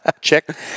Check